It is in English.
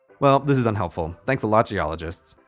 well, this is unhelpful thanks a lot, geologists.